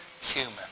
human